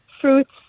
fruits